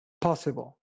possible